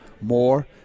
more